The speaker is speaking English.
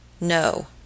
No